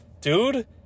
dude